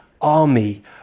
army